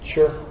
Sure